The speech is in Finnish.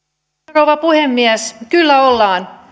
rouva puhemies kyllä ollaan